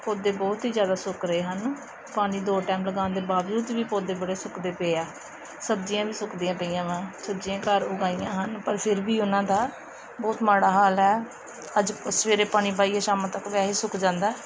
ਪੌਦੇ ਬਹੁਤ ਹੀ ਜ਼ਿਆਦਾ ਸੁੱਕ ਰਹੇ ਹਨ ਪਾਣੀ ਦੋ ਟਾਈਮ ਲਗਾਉਣ ਦੇ ਬਾਵਜੂਦ ਵੀ ਪੌਦੇ ਬੜੇ ਸੁੱਕਦੇ ਪਏ ਆ ਸਬਜ਼ੀਆਂ ਵੀ ਸੁੱਕਦੀਆਂ ਪਈਆਂ ਵਾ ਸਬਜ਼ੀਆਂ ਘਰ ਉਗਾਈਆਂ ਹਨ ਪਰ ਫਿਰ ਵੀ ਉਹਨਾਂ ਦਾ ਬਹੁਤ ਮਾੜਾ ਹਾਲ ਹੈ ਅੱਜ ਸਵੇਰੇ ਪਾਣੀ ਪਾਈਏ ਸ਼ਾਮਾਂ ਤੱਕ ਵੈਸੇ ਸੁੱਕ ਜਾਂਦਾ